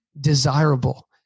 desirable